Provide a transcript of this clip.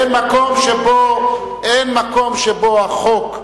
אין מקום שבו לפי החוק,